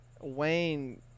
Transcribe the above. Wayne